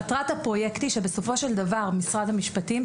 מטרת הפרויקט היא שבסופו של דבר משרד המשפטים,